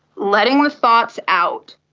letting the thoughts out,